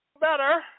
better